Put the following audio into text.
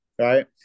right